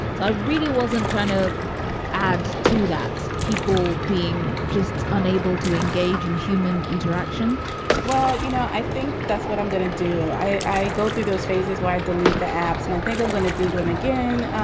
so i really wasn't trying to add to that. people being just unable to engage in human interaction well, you know, i think that's what i'm going to do. i go through those phases where i delete the apps and i think i'm going to do them again. again.